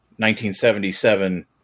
1977